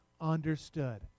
understood